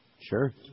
Sure